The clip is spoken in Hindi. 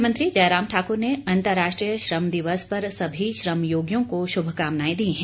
मुख्यमंत्री जयराम ठाकुर ने अंतर्राष्ट्रीय श्रम दिवस पर सभी श्रम योगियों को श्रभकामनाएं दी हैं